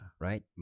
Right